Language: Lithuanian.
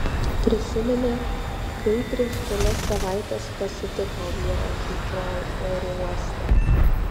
prisiminė kaip prieš kelias savaites pasitiko vyrą hitrou oro uoste